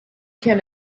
can